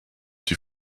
die